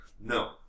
No